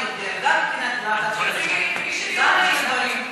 אבל הצענו,